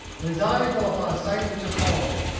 when his eye fell upon a sight which appalled him.